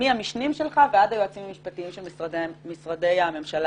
מהמשנים שלך ועד היועצים המשפטיים של משרדי הממשלה